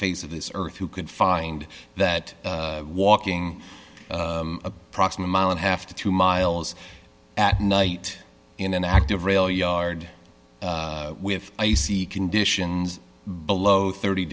face of this earth who could find that walking approximate mile and a half to two miles at night in an active rail yard with icy conditions below thirty